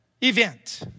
event